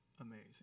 Amazing